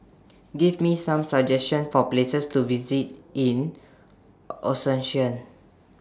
Give Me Some suggestions For Places to visit in Asuncion